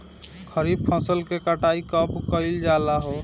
खरिफ फासल के कटाई कब कइल जाला हो?